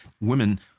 women